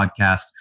podcast